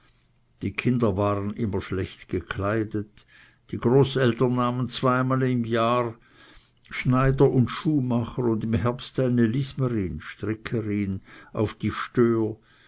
die kinder waren immer schlecht gekleidet die großeltern nahmen zweimal im jahr schneider und schuhmacher und im herbst eine lismerin auf die stör